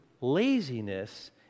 laziness